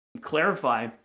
clarify